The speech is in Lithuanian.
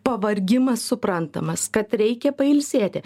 pavargimas suprantamas kad reikia pailsėti